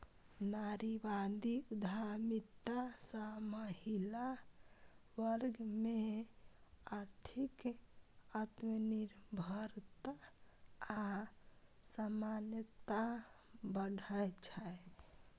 नारीवादी उद्यमिता सं महिला वर्ग मे आर्थिक आत्मनिर्भरता आ समानता बढ़ै छै